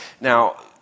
Now